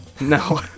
no